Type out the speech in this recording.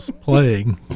playing